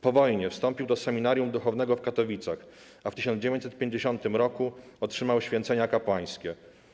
Po wojnie wstąpił do seminarium duchownego w Katowicach, a w 1950 roku otrzymał święcenia kapłańskie.